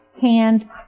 hand